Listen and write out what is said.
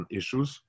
issues